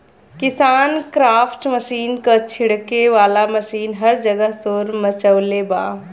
KisanKraft machine क छिड़के वाला मशीन हर जगह शोर मचवले बा